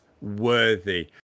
Worthy